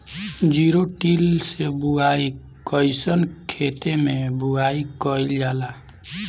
Zero till से बुआई कयिसन खेते मै बुआई कयिल जाला?